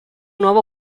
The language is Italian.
nuovo